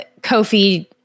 Kofi